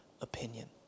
opinion